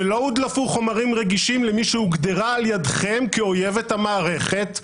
שלא הודלפו חומרים רגישים למי שהוגדרה על-ידכם כאויבת המערכת,